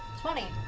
twenty.